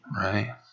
right